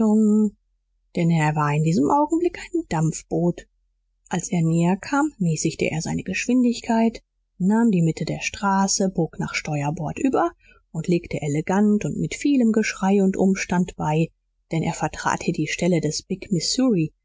denn er war in diesem augenblick ein dampfboot als er näher kam mäßigte er seine geschwindigkeit nahm die mitte der straße bog nach steuerbord über und legte elegant und mit vielem geschrei und umstand bei denn er vertrat hier die stelle des big missouri